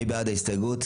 מי בעד קבלת ההסתייגות?